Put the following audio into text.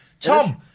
tom